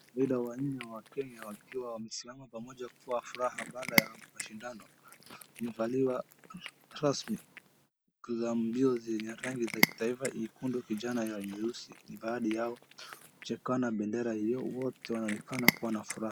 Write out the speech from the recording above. Vile wannne wa Kenya wakiwa wamesimama pamoja kwa furaha baada ya mashindano. Mvaliwa rasmi kwenye mbio za rangi za kitaifa iko kijana nyeusi baadhi yao chekeya bendera wote wanaonekana kuwa na furaha.